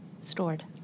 stored